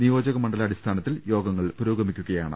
നിയോജക മണ്ഡല അടിസ്ഥാനത്തിൽ യോഗങ്ങൾ പുരോഗമിക്കുകയാണ്